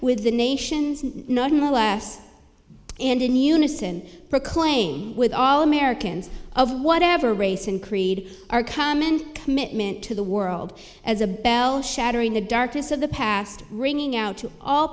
with the nation's nonetheless and in unison proclaim with all americans of whatever race and creed our common commitment to the world as a bell shattering the darkness of the past bringing out to all